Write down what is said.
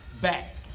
back